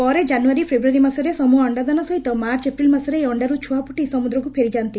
ପରେ January February ମାସରେ ସମୁହ ଅଣ୍ଡାଦାନ ସହିତ ମାର୍ଚ୍ଚ ଏପ୍ରିଲ ମାସରେ ଏହି ଅଣ୍ଡାରୁ ଛୁଆ ଫୁଟି ସମୁଦ୍ରକୁ ଫେରିଯାଆନ୍ତି